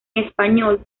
español